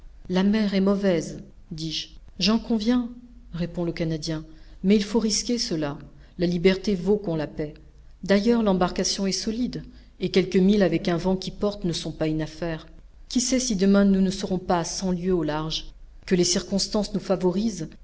la mer est mauvaise dis-je j'en conviens répond le canadien mais il faut risquer cela la liberté vaut qu'on la paye d'ailleurs l'embarcation est solide et quelques milles avec un vent qui porte ne sont pas une affaire qui sait si demain nous ne serons pas à cent lieues au large que les circonstances nous favorisent